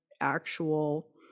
actual